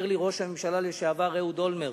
ראש הממשלה לשעבר אהוד אולמרט